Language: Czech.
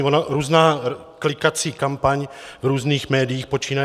Ona různá klikací kampaň v různých médiích počínaje